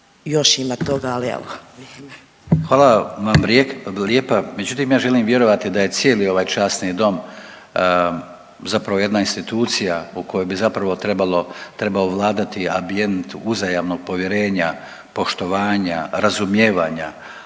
Radman, Gordan (HDZ)** Hvala vam lijepa, međutim, ja želim vjerovati da je cijeli ovaj Časni dom zapravo jedna institucija u kojoj bi zapravo trebalo trebao vladati ambijent uzajamnog povjerenja, poštovanja, razumijevanja,